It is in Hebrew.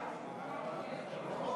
את הבית,